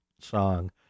song